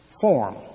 form